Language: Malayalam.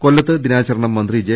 കൊല്ലത്ത് ദിനാചരണം മന്ത്രി ജെ